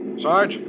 Sarge